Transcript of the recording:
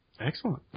Excellent